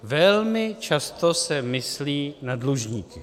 Velmi často se myslí na dlužníky.